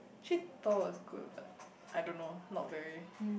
actually Tall was good but I don't know not very